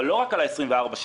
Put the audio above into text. אבל לא רק על ה-24 שעות.